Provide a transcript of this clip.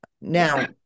Now